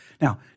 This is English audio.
Now